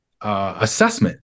assessment